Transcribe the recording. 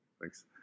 Thanks